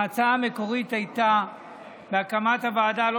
ההצעה המקורית להקמת הוועדה הייתה,